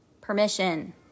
permission